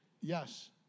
Yes